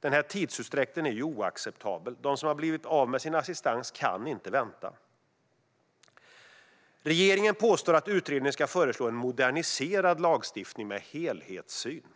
Denna tidsutdräkt är oacceptabel. De som har blivit av med sin assistans kan inte vänta. Regeringen påstår att utredningen ska föreslå en moderniserad lagstiftning med helhetssyn.